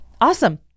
awesome